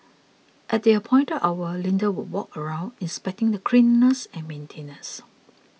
at the appointed hour Linda would walk around inspecting the cleanliness and maintenance